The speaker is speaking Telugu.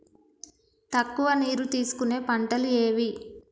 తక్కువ నీరు తీసుకునే పంటలు ఏవి?